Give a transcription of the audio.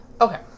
okay